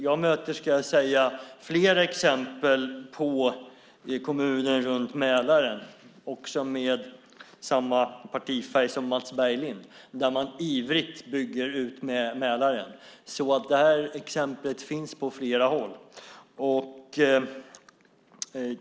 Jag möter fler exempel på kommuner runt Mälaren, också sådana med samma partifärg som Mats Berglind, där man ivrigt bygger ut Mälaren. Exempel på det finns alltså på flera håll.